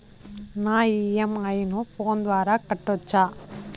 నా ఇ.ఎం.ఐ ను ఫోను ద్వారా కట్టొచ్చా?